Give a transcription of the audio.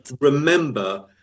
remember